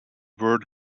word